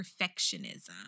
perfectionism